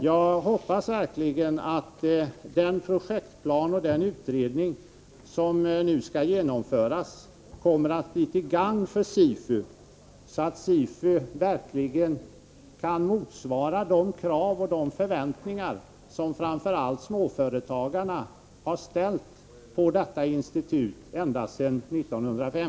Jag hoppas verkligen att den projektplan och den utredning som nu skall genomföras kommer att bli till gagn för SIFU, så att SIFU kan motsvara de krav och de förväntningar som framför allt småföretagarna har ställt på detta institut ända sedan 1905.